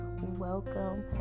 welcome